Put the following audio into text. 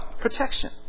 Protection